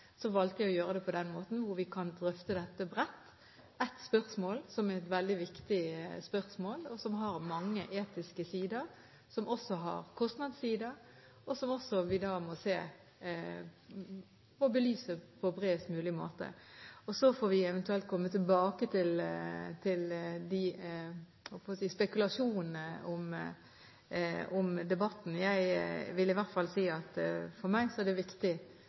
valgte vi å gjøre det på den måten, slik at vi kan drøfte dette bredt – et spørsmål som er veldig viktig, som har mange etiske sider og kostnadssider, og som vi må belyse på bredest mulig måte. Så får vi eventuelt komme tilbake til spekulasjonene om debatten. Jeg vil i hvert fall si at for meg er det viktig